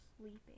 sleeping